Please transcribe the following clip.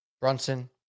Brunson